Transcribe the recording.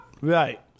right